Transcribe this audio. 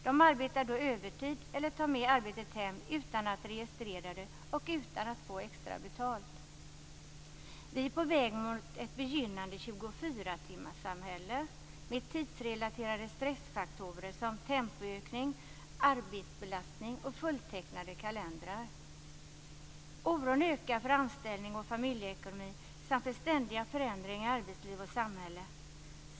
De arbetar då övertid eller tar med arbetet hem utan att registrera det och utan att få extra betalt. Vi är på väg mot ett begynnande 24 timmarssamhälle med tidsrelaterade stressfaktorer som tempoökning, arbetsbelastning och fulltecknade kalendrar. Oron ökar för anställning och familjeekonomi samt för ständiga förändringar i arbetsliv och samhälle.